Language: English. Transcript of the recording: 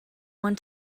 one